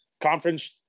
conference